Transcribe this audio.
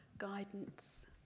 guidance